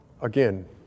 Again